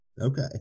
Okay